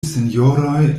sinjoroj